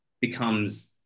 becomes